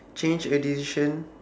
change a decision